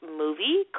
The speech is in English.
movie